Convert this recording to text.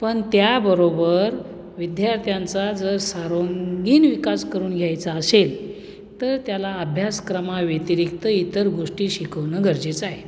पण त्या बरोबर विद्यार्थ्यांचा जर सर्वां गीण विकास करून घ्यायचा असेल तर त्याला अभ्यासक्रमाव्यतिरिक्त इतर गोष्टी शिकवणं गरजेचं आहे